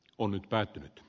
oli päätynyt t